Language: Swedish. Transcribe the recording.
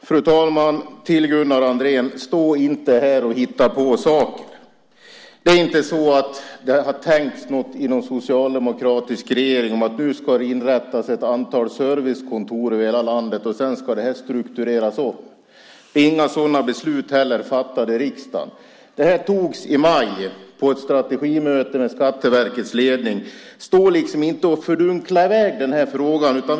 Fru talman! Gunnar Andrén, stå inte här och hitta på saker! Det är inte så att det har tänkts något i någon socialdemokratisk regering kring att det ska inrättas ett antal servicekontor över hela landet och att det här sedan ska struktureras om. Inte heller är några sådana beslut fattade i riksdagen. Det här togs i maj på ett strategimöte med Skatteverkets ledning. Stå liksom inte här och fördunkla i väg frågan!